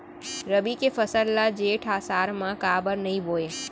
रबि के फसल ल जेठ आषाढ़ म काबर नही बोए?